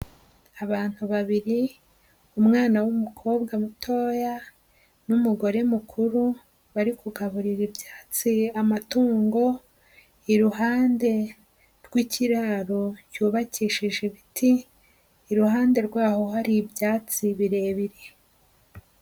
Abantu babiri, umwana w'umukobwa mutoya, n'umugore mukuru, bari kugaburira ibyatsiye amatungo. Iruhande rw'ikiraro cyubakishije ibiti, iruhande rwaho hari ibyatsi birebire.